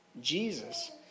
Jesus